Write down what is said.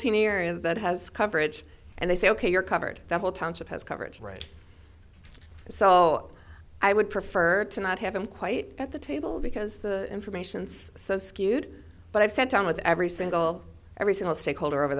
teeny area that has coverage and they say ok you're covered the whole township has coverage right so i would prefer to not have them quite at the table because the information's so skewed but i've sat down with every single every single stakeholder over